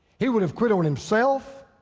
he would have quit on himself.